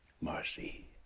Marcy